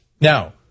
Now